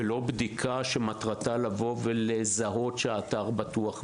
ולא בדיקה שמטרתה לזהות שהאתר בטוח בלבד,